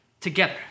Together